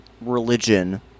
religion